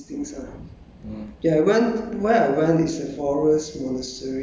uh come and make offerings and these things ah